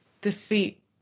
defeat